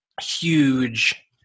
huge